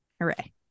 Hooray